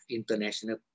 international